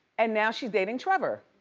and now she's dating trevor,